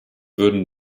würden